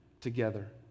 together